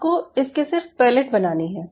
आपको इसकी सिर्फ पैलेट बनानी है